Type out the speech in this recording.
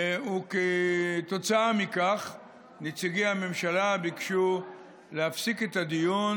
כדאי שאנשים ידעו את זה.